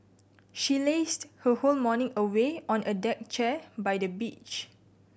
she lazed her whole morning away on a deck chair by the beach